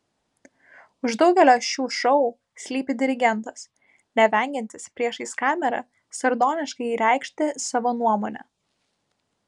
už daugelio šių šou slypi dirigentas nevengiantis priešais kamerą sardoniškai reikšti savo nuomonę